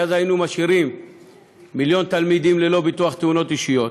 כי אז היינו משאירים מיליון תלמידים ללא ביטוח תאונות אישיות,